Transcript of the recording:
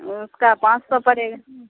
اس کا پانچ سو پڑے گا